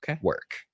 work